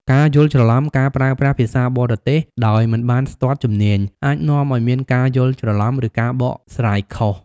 ការយល់ច្រឡំ ការប្រើប្រាស់ភាសាបរទេសដោយមិនបានស្ទាត់ជំនាញអាចនាំឲ្យមានការយល់ច្រឡំ ឬការបកស្រាយខុស។